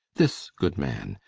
this good man,